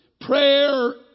Prayer